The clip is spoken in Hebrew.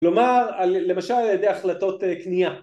‫לומר, למשל, על ידי החלטות קנייה.